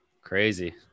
Crazy